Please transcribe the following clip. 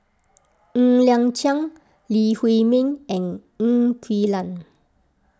Ng Liang Chiang Lee Huei Min and Ng Quee Lam